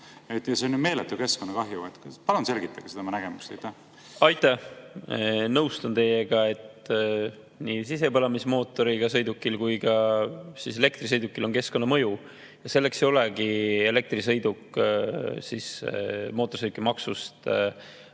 See on ju meeletu keskkonnakahju. Palun selgitage oma nägemust. Aitäh! Nõustun teiega, et nii sisepõlemismootoriga sõidukil kui ka elektrisõidukil on keskkonnamõju. Seetõttu ei olegi elektrisõiduk mootorsõidukimaksust